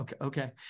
Okay